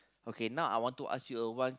okay now I want to ask you a one